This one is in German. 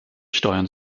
steuern